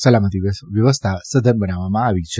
સલામતિ વ્યવસ્થા સઘન બનાવવામાં આવી છે